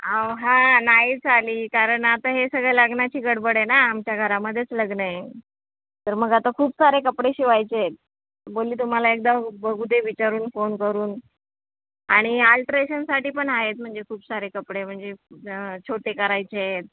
आहो हा नाहीच आली कारण आता हे सगळं लग्नाची गडबड आहे ना आमच्या घरामध्येच लग्न आहे तर मग आता खूप सारे कपडे शिवायचे आहेत बोलले तुम्हाला एकदा बघू दे विचारून फोन करून आणि अल्ट्रेशनसाठी पण आहेत म्हणजे खूप सारे कपडे म्हणजे छोटे करायचे आहेत